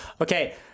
Okay